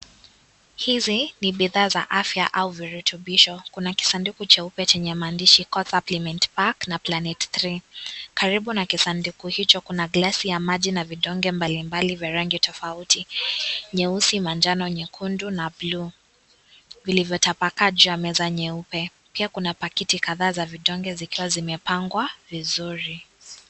Hizi ni bithaa za afya au virutubisho. Kuna kisandiku cheupe chenye mandishi kwa Supplement Pack na Planet 3. Karibu na kisandiku hicho, kuna glesi ya maji na vitonge mbalimbali venye rangi tofauti. Nyeusi, manjano, nyekundu na bluu vilivyotapakaa kwa meza nyeupe. pia kuna pakiti kathaa za vitonge zikiwa zimepangwa vizuri.